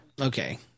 okay